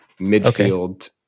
midfield